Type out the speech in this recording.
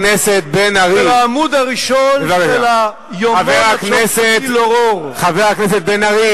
צועקים, חבר הכנסת בן-ארי, חבר הכנסת בן-ארי.